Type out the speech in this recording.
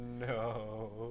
no